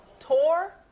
tour?